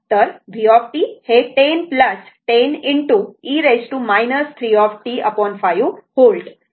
तर vt हे 10 10 e 3t5 volt होईल